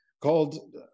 called